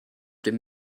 dem